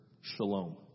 shalom